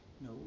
No